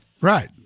right